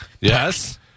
Yes